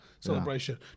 celebration